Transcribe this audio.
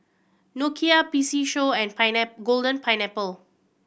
Nokia P C Show and Golden Pineapple